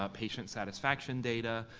ah patient satisfaction data,